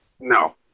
No